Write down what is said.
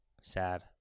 Sad